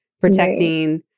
protecting